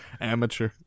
Amateur